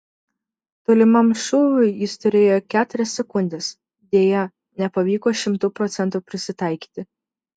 tolimam šūviui jis turėjo keturias sekundes deja nepavyko šimtu procentų prisitaikyti